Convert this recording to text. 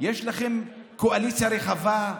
יש לכם קואליציה רחבה.